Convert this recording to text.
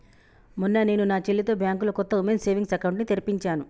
మొన్న నేను నా చెల్లితో బ్యాంకులో కొత్త ఉమెన్స్ సేవింగ్స్ అకౌంట్ ని తెరిపించాను